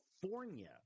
California